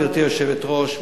גברתי היושבת-ראש,